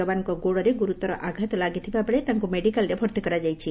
ଯବାନଙ୍କ ଗୋଡ଼ରେ ଗୁରୁତର ଆଘାତ ଲାଗିଥିବାବେଳେ ତାଙ୍କୁ ମେଡ଼ିକାଲରେ ଭର୍ତ୍ତି କରାଯାଇଛି